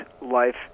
life